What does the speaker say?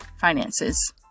finances